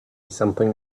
something